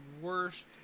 worst